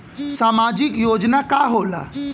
सामाजिक योजना का होला?